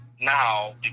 now